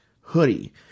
hoodie